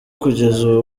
kugeza